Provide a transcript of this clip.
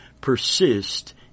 persist